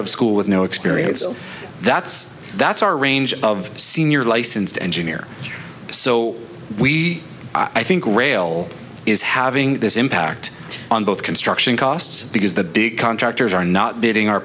of school with no experience so that's that's our range of senior licensed engineer so we i think rail is having this impact on both construction costs because the big contractors are not getting our